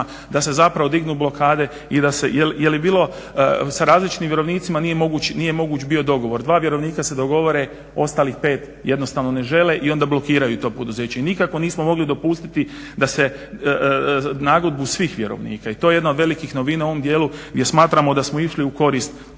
da se zapravo dignu blokadu i da se. jer je bilo sa različitim vjerovnicima nije moguć bio dogovor. Dva vjerovnika se dogovore ostalih pet jednostavno ne žele i onda blokiraju to poduzeće i nikako nismo mogli dopustiti da se nagodbu svih vjerovnika i to je jedna od velikih novina u tom dijelu gdje smatramo da smo išli u korist za poduzetnike.